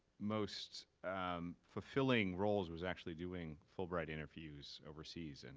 most um fulfilling roles was actually doing fulbright interviews overseas, and